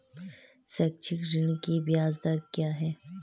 शैक्षिक ऋण की ब्याज दर क्या है?